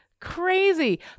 crazy